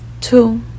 two